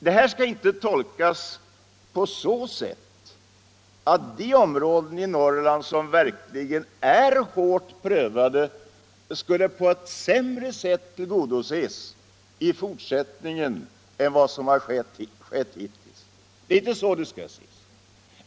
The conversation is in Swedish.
Det skall inte tolkas så att de områden i Norrland som verkligen är hårt prövade skulle tillgodoses på ett sämre sätt än hittills.